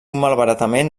malbaratament